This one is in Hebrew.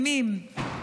מדהימים,